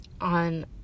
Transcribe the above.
on